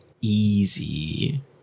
easy